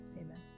Amen